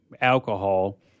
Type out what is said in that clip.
alcohol